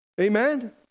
amen